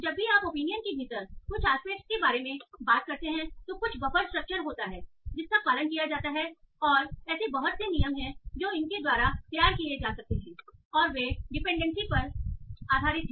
जब भी आप ओपिनियन के भीतर कुछ एस्पेक्ट के बारे में बात करते हैं तो कुछ बफर स्ट्रक्चर होता है जिसका पालन किया जाता है और ऐसे बहुत से नियम हैं जो उनके द्वारा तैयार किए जा सकते हैं और वे डिपेंडेंसी पास पर आधारित हैं